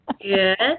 Good